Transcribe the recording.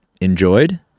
enjoyed